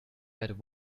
but